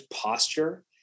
posture